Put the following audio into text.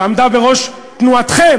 שעמדה בראש תנועתכם,